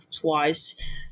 twice